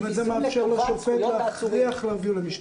כלומר, זה מאפשר לחוקר להכריח להגיע למשפט.